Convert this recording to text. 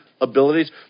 abilities